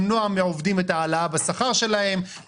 למנוע מעובדים העלאת השכר שלהם,